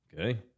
Okay